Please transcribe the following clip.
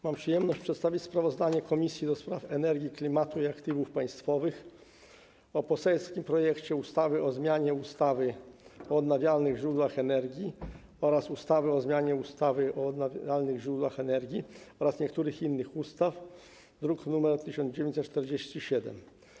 Mam przyjemność przedstawić sprawozdanie Komisji do Spraw Energii, Klimatu i Aktywów Państwowych o poselskim projekcie ustawy o zmianie ustawy o odnawialnych źródłach energii oraz ustawy o zmianie ustawy o odnawialnych źródłach energii oraz niektórych innych ustaw, druk nr 1947.